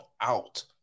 out